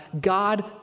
God